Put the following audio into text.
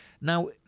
Now